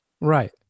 right